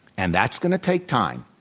and that's going to take time.